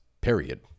period